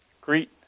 Greet